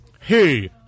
Hey